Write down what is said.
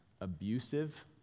abusive